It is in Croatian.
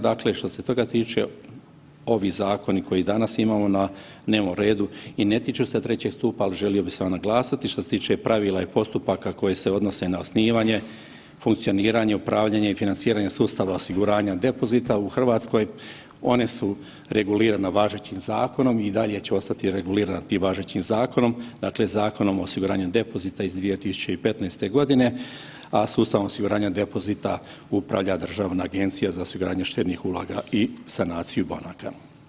Dakle, što se toga tiče, ovi zakoni koje danas imamo na dnevnom redu i ne tiču se trećeg stupa, ali želio bi samo naglasiti što se tiče pravila i postupaka koji se odnose na osnivanje, funkcioniranje, upravljanje i financiranje sustava osiguranja depozita u RH, one su regulirane važećim zakonom i dalje će ostati regulirane tim važećim zakonom, dakle Zakonom o osiguranju depozita iz 2015.g., a sustavom osiguranja depozita upravlja Državna agencija za osiguranje štednih uloga i sanaciju banaka.